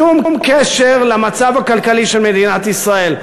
שום קשר למצב הכלכלי של מדינת ישראל.